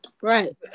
Right